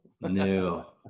No